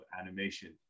animation